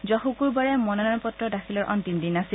যোৱা শুকুৰবাৰে মনোনয়ন পত্ৰ দাখিলৰ অন্তিম দিন আছিল